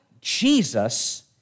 Jesus